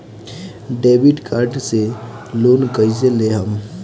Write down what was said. Debit card से loan कईसे लेहम?